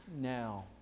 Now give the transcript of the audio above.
now